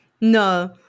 No